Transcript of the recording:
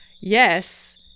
Yes